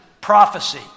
prophecy